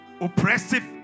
oppressive